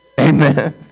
Amen